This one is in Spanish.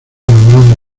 logrado